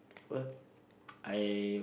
apa I